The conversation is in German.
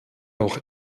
auch